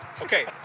Okay